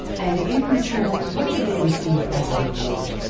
and in return what did they receive as a reward?